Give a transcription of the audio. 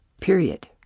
period